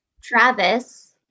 travis